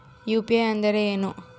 UPI ಅಂದ್ರೇನು?